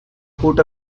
put